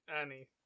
Annie